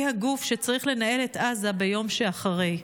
היא הגוף שצריך לנהל את עזה ביום שאחרי.